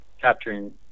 capturing